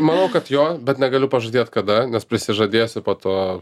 manau kad jo bet negaliu pažadėt kada nes prisižadėsiu po to